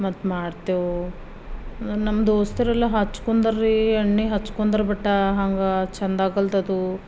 ಮತ್ತು ಮಾಡ್ತೇವೆ ನಮ್ಮ ದೋಸ್ತರೆಲ್ಲ ಹಚ್ಕೊಂಡರ್ರಿ ಎಣ್ಣೆ ಹಚ್ಕೊಂಡ್ರು ಬಟ್ ಎ ಹಂಗೆ ಚೆಂದಾಗಲ್ದು ಅದು